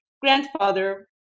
grandfather